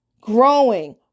growing